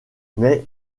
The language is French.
mais